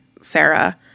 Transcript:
Sarah